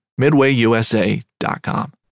MidwayUSA.com